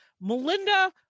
Melinda